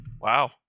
Wow